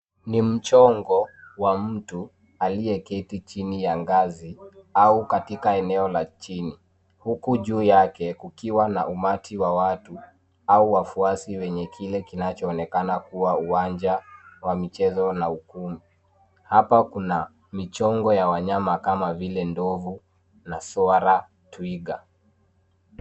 Ni mchongo wa mtu aliyeketi chini ya ngazi au katika eneo la chini huku juu yake kukiwa na umati au wafuasi wa kile kinachoonekana kuwa uwanja wa michezo na ukumbi. Hapa kuna michongo ya wanyama kama vile ndovu na swara twiga.